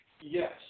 Yes